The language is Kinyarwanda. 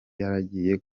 yaragiye